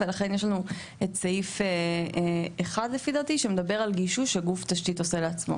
ולכן יש לנו את סעיף 1 לפי דעתי שמדבר על גישוש שגוף תשתית עושה לעצמו.